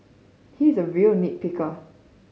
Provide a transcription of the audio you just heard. he is a real nit picker